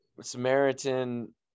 Samaritan